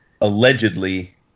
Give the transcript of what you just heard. allegedly